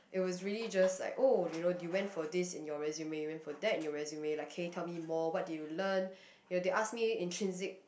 it was really just like oh you know you went for this in your resume you went for that in your resume like can you tell me more what did you learn ya they ask me intrinsic